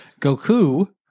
Goku